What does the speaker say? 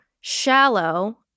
shallow